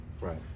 Right